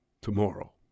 Tomorrow